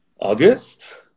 August